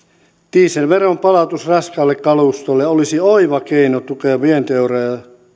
dieselveron palautus raskaalle kalustolle olisi oiva keino tukea vientieuroja